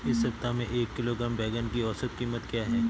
इस सप्ताह में एक किलोग्राम बैंगन की औसत क़ीमत क्या है?